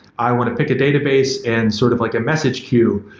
i want to pick a database and sort of like a message queue.